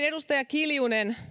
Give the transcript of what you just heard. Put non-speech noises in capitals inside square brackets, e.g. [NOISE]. [UNINTELLIGIBLE] edustaja kiljunen